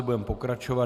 Budeme pokračovat.